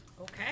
Okay